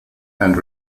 and